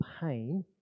pain